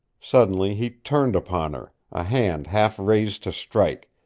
suddenly he turned upon her, a hand half raised to strike.